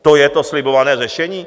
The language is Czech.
To je to slibované řešení?